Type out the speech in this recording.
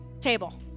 table